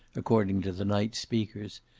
according to the night's speakers.